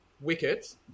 wickets